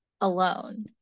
alone